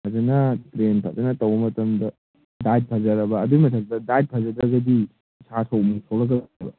ꯐꯖꯅ ꯇ꯭ꯔꯦꯟ ꯐꯖꯅ ꯇꯧꯕ ꯃꯇꯝꯗ ꯗꯥꯏꯠ ꯐꯖꯔꯕ ꯑꯗꯨꯏ ꯃꯊꯛꯇ ꯗꯥꯏꯠ ꯐꯖꯗ꯭ꯔꯒꯗꯤ ꯏꯁꯥ ꯁꯣꯛꯅꯤ ꯁꯣꯛꯂꯛꯀꯅꯦꯕ